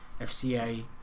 FCA